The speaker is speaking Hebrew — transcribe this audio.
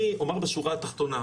אני אומר בשורה התחתונה,